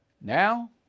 now